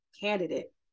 candidate